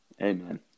Amen